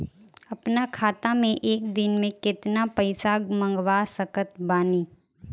अपना खाता मे एक दिन मे केतना पईसा मँगवा सकत बानी?